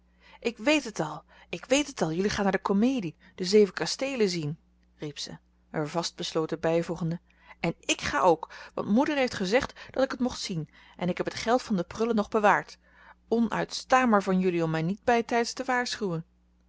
ik weet het al ik weet het al jullie gaan naar de comedie de zeven kasteelen zien riep ze er vast besloten bijvoegende en ik ga ook want moeder heeft gezegd dat ik het mocht zien en ik heb het geld van de prullen nog bewaard onuitstaanbaar van jullie om mij niet bijtijds te waarschuwen